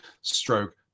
stroke